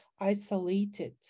isolated